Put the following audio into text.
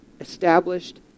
established